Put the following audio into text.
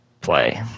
play